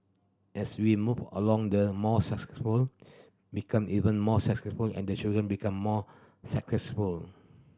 as we move along the more successful become even more successful and the children become more successful